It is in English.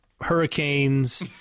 hurricanes